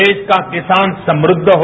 देश का किसान समृद्ध हो